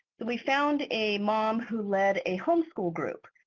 we found a mom who led a home school group,